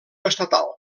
estatal